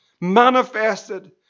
Manifested